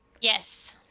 Yes